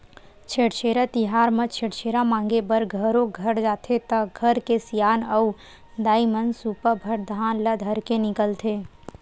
छेरछेरा तिहार म छेरछेरा मांगे बर घरो घर जाथे त घर के सियान अऊ दाईमन सुपा भर धान ल धरके निकलथे